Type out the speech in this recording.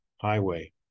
highway